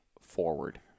Forward